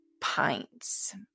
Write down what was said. Pints